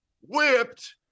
whipped